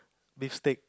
beef stick